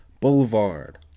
Boulevard